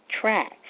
track